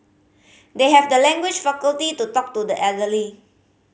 they have the language faculty to talk to the elderly